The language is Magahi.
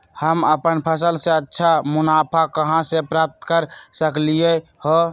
हम अपन फसल से अच्छा मुनाफा कहाँ से प्राप्त कर सकलियै ह?